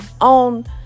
on